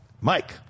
Mike